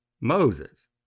Moses